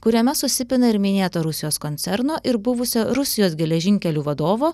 kuriame susipina ir minėto rusijos koncerno ir buvusio rusijos geležinkelių vadovo